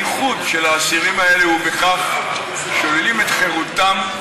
הייחוד של האסירים האלה הוא בכך ששוללים את חירותם,